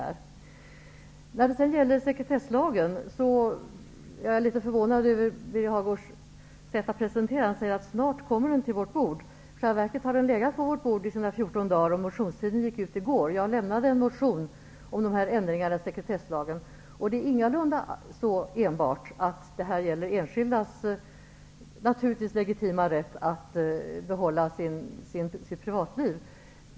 Jag är litet förvånad över Birger Hagårds sätt att presentera sekretesslagen. Han säger att den snart kommer till vårt bord. Den har i själva verket legat där i 14 dagar. Motionstiden gick ut i går. Jag lämnade en motion om ändringarna i sekretesslagen. Detta gäller inte enbart enskilda personers legitima rätt att behålla sitt privatliv.